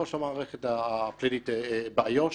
ראש המערכת הפלילית באיו"ש.